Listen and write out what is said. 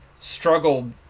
struggled